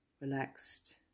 Relaxed